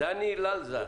דני ללזר,